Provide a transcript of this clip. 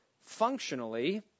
Functionally